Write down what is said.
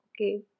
okay